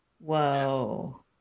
Whoa